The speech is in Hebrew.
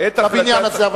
בבניין הזה,